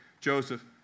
Joseph